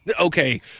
Okay